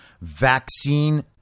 Vaccine